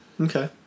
Okay